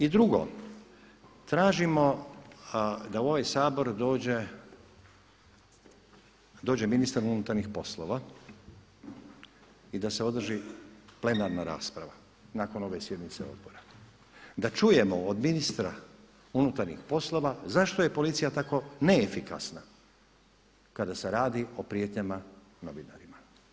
I drugo, tražimo da u ovaj Sabor dođe ministar unutarnjih poslova i da se održi plenarna rasprava nakon ove sjednice odbora, da čujemo od ministra unutarnjih poslova zašto je policija tako neefikasna kada se radi o prijetnjama novinarima.